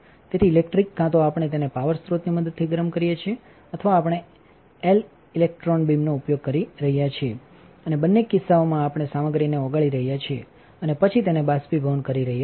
તેથી ઇલેક્ટ્રિક કાં તો આપણે તેને પાવર સ્રોતની મદદથીગરમકરીએ છીએ અથવા આપણે એલઇક્ટર્રોન બીમનોઉપયોગ કરી રહ્યાં છીએઅને બંને કિસ્સાઓમાં આપણે સામગ્રીને ઓગાળી રહ્યા છીએ અને પછી તેને બાષ્પીભવન કરી રહ્યા છીએ